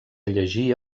llegir